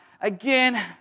again